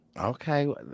okay